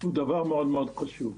הוא דבר מאוד מאוד חשוב.